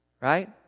Right